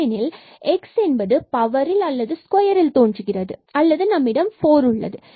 ஏனெனில் x என்பது பவரில் அல்லது ஸ்கொயரில் தோன்றுகிறது அல்லது நம்மிடம் 4 உள்ளது